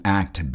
act